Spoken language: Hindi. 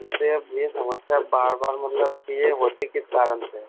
जैसे अब ये समस्या बार बार मतलब कि ये होती किस कारण से है